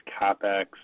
CapEx